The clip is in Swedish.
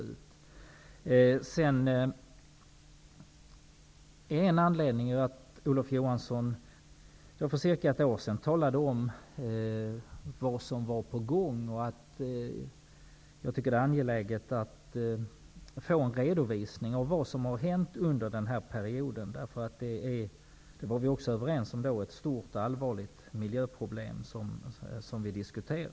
En annan anledning är att olof johansson för ungefär ett år sedan talade om vad som var på gång. jag tycker att det är angeläget att få en redovisning av vad som har hänt under denna period. vi var överens om att vi diskuterade ett stort och allvarligt miljöproblem.